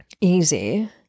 easy